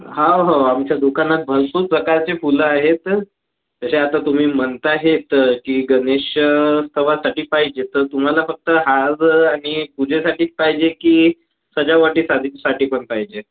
हाव हाव आमच्या दुकानात भरपूर प्रकारचे फुलं आहेत जशा आता तुम्ही म्हणता आहेत की गणेश उत्सवासाठी पाहिजे तर तुम्हाला फक्त हार आणि पूजेसाठीच पाहिजे की सजावटीसाठी साठी पण पाहिजे